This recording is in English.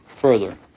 further